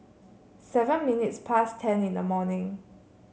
seven minutes past ten in the morning